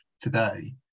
today